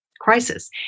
crisis